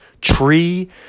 tree